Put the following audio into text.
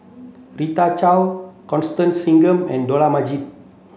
Rita Chao Constance Singam and Dollah Majid